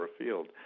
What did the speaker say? afield